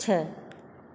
छह